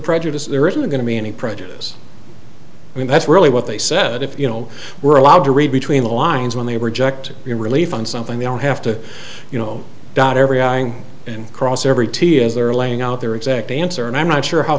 prejudice is there isn't going to be any prejudice i mean that's really what they said if you know we're allowed to read between the lines when they reject your relief on something they don't have to you know dot every i and cross every t is they're laying out their exact answer and i'm not sure how